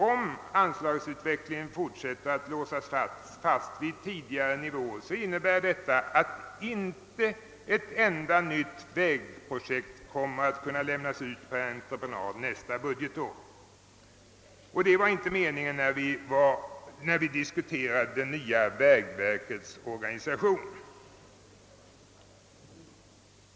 Om anslagsutvecklingen fortsätter att låsas fast på tidigare nivå, innebär detta att inte ett enda nytt vägprojekt kommer att kunna lämnas ut på entreprenad nästa budgetår. Det var inte avsikten när vi diskuterade det nya vägverkets organisation.